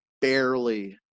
barely